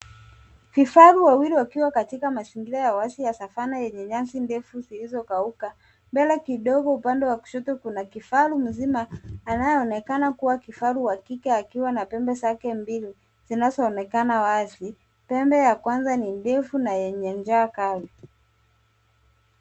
Vifaru wawili wakiwa katika mazingira ya wazi ya savana yenye nyasi ndefu zilizokauka. Mbele kidogo, upande wa kushoto, kuna kifaru mzima anayeonekana kuwa kifaru wa kike akiwa na pembe zake mbili zinazoonekana wazi. Pembe ya kwanza ni ndefu na yenye ncha kali.